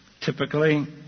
Typically